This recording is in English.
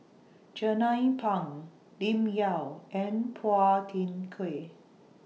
Jernnine Pang Lim Yau and Phua Thin Kiay